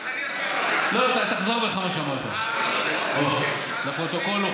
אני כל כך מכבד אותך, למה אתה כזה?